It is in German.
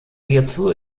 hierzu